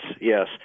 yes